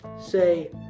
say